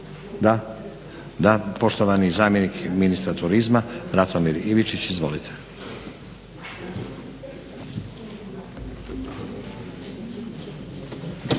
Da. Poštovani zamjenik ministra turizma Ratomir Ivičić. Izvolite.